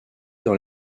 dans